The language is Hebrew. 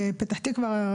פתח תקווה,